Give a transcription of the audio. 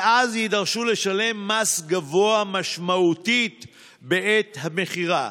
ואז יידרשו לשלם מס גבוה משמעותית בעת המכירה.